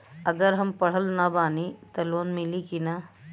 अगर हम पढ़ल ना बानी त लोन मिली कि ना?